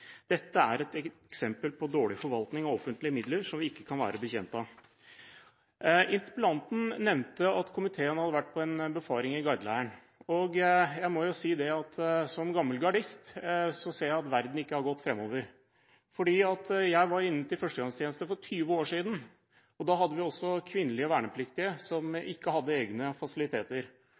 Dette er et eksempel på dårlig forvaltning av offentlige midler som vi ikke kan være bekjent av. Interpellanten nevnte at komiteen hadde vært på en befaring i Gardeleiren, og jeg må si at som tidligere gardist ser jeg at verden ikke har gått fremover. Jeg var inne til førstegangstjeneste for 20 år siden. Også da hadde vi kvinnelige vernepliktige, som ikke hadde egne